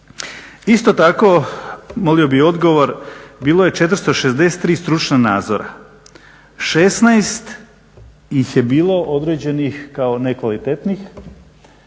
Isto tako, molio bih odgovor, bilo je 463 stručna nadzora, 16 ih je bilo određenih kao nekvalitetnih